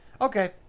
Okay